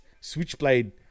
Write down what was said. Switchblade